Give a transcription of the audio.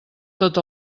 tot